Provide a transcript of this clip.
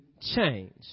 change